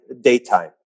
daytime